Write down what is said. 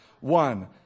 One